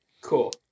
Cool